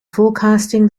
forecasting